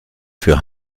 für